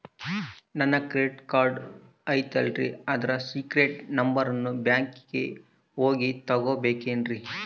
ನನ್ನ credit card ಐತಲ್ರೇ ಅದರ ಸೇಕ್ರೇಟ್ ನಂಬರನ್ನು ಬ್ಯಾಂಕಿಗೆ ಹೋಗಿ ತಗೋಬೇಕಿನ್ರಿ?